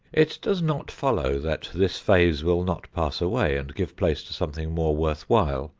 it does not follow that this phase will not pass away and give place to something more worth while,